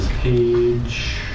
Page